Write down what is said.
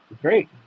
great